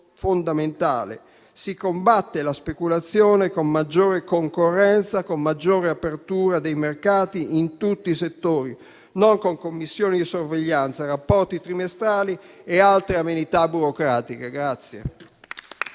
dirimente: si combatte la speculazione con maggiore concorrenza e con maggiore apertura dei mercati in tutti i settori, non con commissioni di sorveglianza, rapporti trimestrali e altre amenità burocratiche.